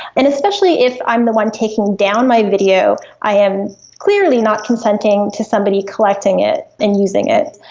and especially if i'm the one taking down my video, i am clearly not consenting to somebody collecting it and using it.